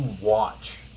watch